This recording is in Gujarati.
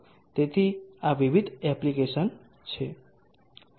તેથી આ વિવિધ એપ્લિકેશન છે